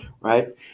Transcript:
Right